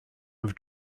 have